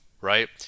right